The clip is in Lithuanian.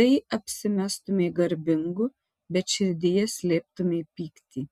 tai apsimestumei garbingu bet širdyje slėptumei pyktį